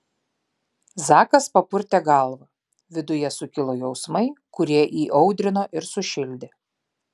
zakas papurtė galvą viduje sukilo jausmai kurie įaudrino ir sušildė